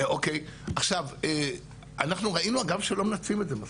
אנחנו ראינו שלא מנצלים את זה מספיק.